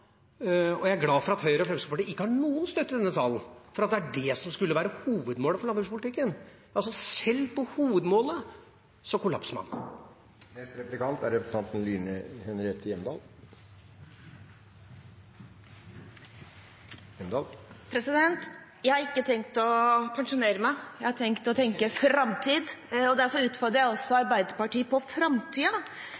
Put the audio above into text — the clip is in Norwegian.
ad. Jeg er glad for at Høyre og Fremskrittspartiet ikke har noen støtte i denne salen for at det er det som skal være hovedmålet for landbrukspolitikken. Selv på hovedmålet kollapser man. Jeg har ikke tenkt å pensjonere meg. Jeg har tenkt å tenke framtid. Derfor utfordrer jeg også